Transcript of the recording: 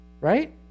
right